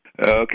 Okay